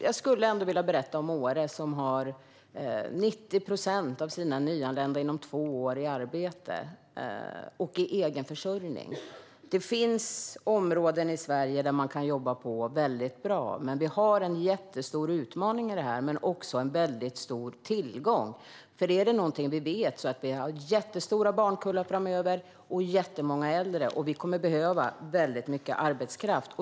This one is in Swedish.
Jag skulle vilja berätta om Åre, där 90 procent av de nyanlända har kommit i arbete och i egen försörjning inom två år. Det finns områden där man jobbar på bra, och det är en stor utmaning och tillgång. Något vi vet är att det kommer att finnas stora barnkullar och många äldre framöver, och vi kommer att behöva mycket arbetskraft.